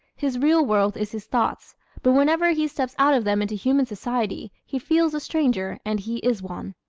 his real world is his thoughts but whenever he steps out of them into human society he feels a stranger and he is one.